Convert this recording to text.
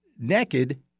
Naked